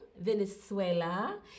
Venezuela